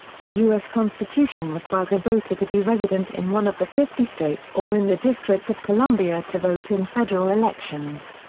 the u s. constitution requires a voter to be resident in one of the fifty states or in the district of columbia to vote in federal elections.